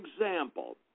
example